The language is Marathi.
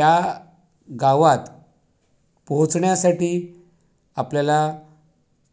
त्या गावात पोहोचण्यासाठी आपल्याला